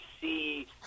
see